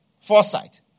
foresight